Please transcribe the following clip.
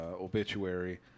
obituary